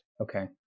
Okay